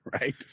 Right